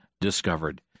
discovered